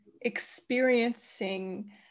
experiencing